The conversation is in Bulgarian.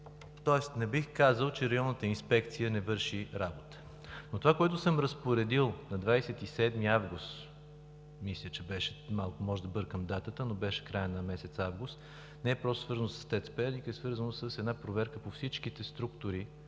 Не бих казал, че Районната инспекция не върши работа, но това, което съм разпоредил на 27 август 2019 г., може да бъркам датата, но беше в края на месец август, не е просто свързано с ТЕЦ „Перник“, а е свързано с една проверка по всичките структури